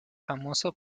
famoso